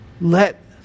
Let